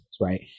right